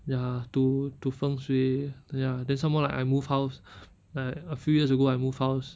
ya to to 風水 ya then somemore like I move house like a few years ago I move house